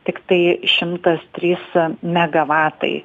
tiktai šimtas trys megavatai